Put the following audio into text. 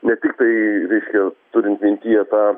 ne tiktai reiškia turint mintyje tą